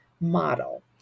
model